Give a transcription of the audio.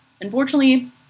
unfortunately